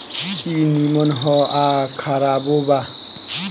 ई निमन ह आ खराबो बा